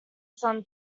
some